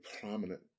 prominent